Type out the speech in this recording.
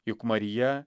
juk marija